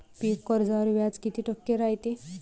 पीक कर्जावर व्याज किती टक्के रायते?